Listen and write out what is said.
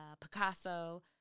Picasso